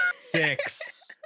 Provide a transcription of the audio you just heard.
Six